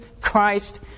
Christ